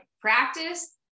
practice